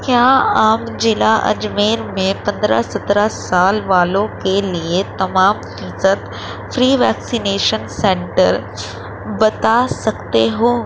کیا آپ ضلع اجمیر میں پندرہ سے سترہ سال والوں کے لیےتمام ویکسینیشن سنٹر بتا سکتے ہو؟